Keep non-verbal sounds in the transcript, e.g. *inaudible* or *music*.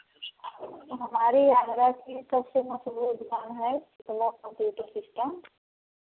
हमारे आगरा की सबसे मशहूर दुकान है *unintelligible* कंप्यूटर सिस्टम